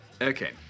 Okay